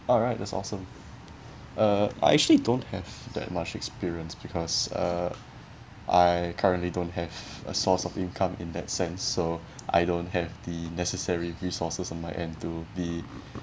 alright that's awesome uh I actually don't have that much experience because uh I currently don't have a source of income in that sense so I don't have the necessary resources on my end to be